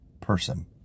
person